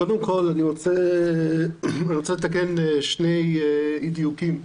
קודם כל אני רוצה לתקן שני אי דיוקים שעלו.